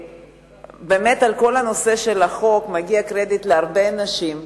על כל הנושא של החוק מגיע באמת קרדיט להרבה אנשים,